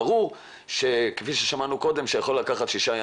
ברור שכפי ששמענו קודם, שיכול לקחת שישה ימים,